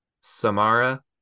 Samara